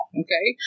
okay